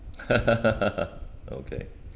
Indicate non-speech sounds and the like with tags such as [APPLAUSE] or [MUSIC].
[LAUGHS] okay